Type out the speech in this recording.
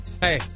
Hey